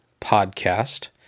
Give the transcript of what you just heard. Podcast